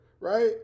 Right